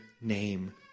name